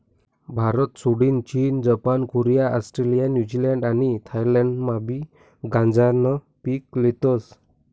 भारतसोडीन चीन, Japan, Korea, Australia, New Zealand आणि थायलंडमाबी गांजानं पीक लेतस